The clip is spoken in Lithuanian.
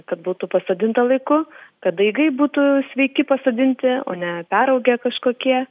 kad būtų pasodinta laiku kad daigai būtų sveiki pasodinti o ne peraugę kažkokie